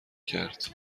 کرد